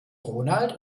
ronald